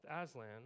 Aslan